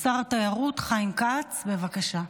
שר התיירות חיים כץ, בבקשה.